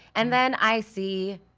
and then i see,